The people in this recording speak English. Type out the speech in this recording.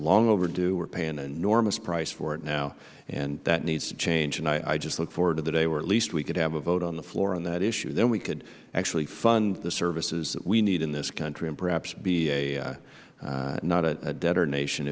long overdue we are paying an enormous price for it now and that needs to change i just look forward to the day where at least we could have a vote on the floor on that issue then we could actually fund the services that we need in this country and perhaps be not a debtor nation